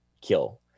kill